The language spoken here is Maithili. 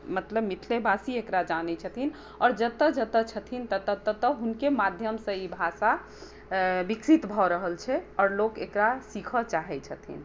मतलब मिथिले वासी एकरा जानै छथिन आओर जतौ जतौ छथिन ततौ ततौ हुनके माध्यमसँ ई भाषा विकसित भऽ रहल छै आओर लोक एकरा सीखऽ चाहै छथिन